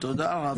תודה רבה.